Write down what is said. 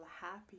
happy